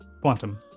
Quantum